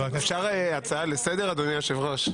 אפשר הצעה לסדר, אדוני היושב-ראש?